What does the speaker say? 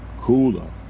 cooler